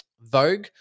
vogue